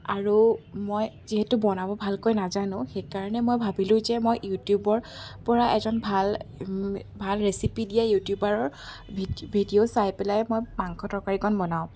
আৰু মই যিহেতু বনাব ভালকৈ নাজানো সেইকাৰণে মই ভাবিলোঁ যে মই ইউটিউবৰ পৰা এজন ভাল ভাল ৰেচিপি দিয়া ইউটিউবাৰৰ ভি ভিডিঅ' চাই পেলাই মই মাংস তৰকাৰীকণ বনাওঁ